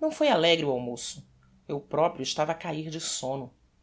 não foi alegre o almoço eu proprio estava a caír de somno